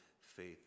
faith